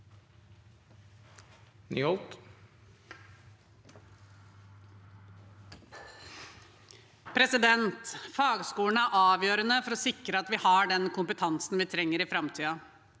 leder): Fagskolene er avgjørende for å sikre at vi har den kompetansen vi trenger i framtiden.